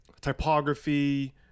typography